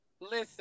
listen